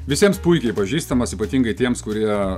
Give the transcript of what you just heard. visiems puikiai pažįstamas ypatingai tiems kurie